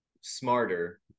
smarter